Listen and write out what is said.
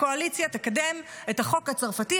הקואליציה תקדם את החוק הצרפתי,